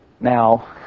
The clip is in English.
Now